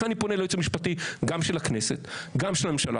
לכן אני פונה לייעוץ המשפטי גם של הכנסת וגם של הממשלה